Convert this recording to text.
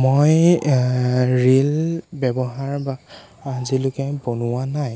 মই ৰীল ব্যৱহাৰ বা আজিলৈকে বনোৱা নাই